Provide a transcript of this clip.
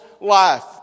life